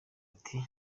ati